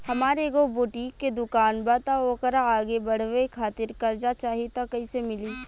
हमार एगो बुटीक के दुकानबा त ओकरा आगे बढ़वे खातिर कर्जा चाहि त कइसे मिली?